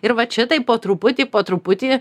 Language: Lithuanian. ir vat šitaip po truputį po truputį